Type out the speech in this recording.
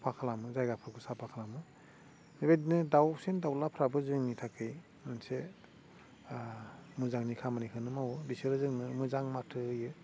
साफा खालामो जायगाफोरखौ साफा खालामो बेबादिनो दावसिन दावलाफ्राबो जोंनि थाखाय मोनसे मोजांनि खामानिखौनो मावयो बिसोरो जोंनो मोजां माथो होयो